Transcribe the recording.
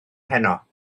heno